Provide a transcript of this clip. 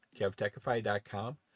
kevtechify.com